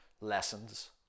lessons